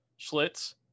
schlitz